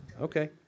okay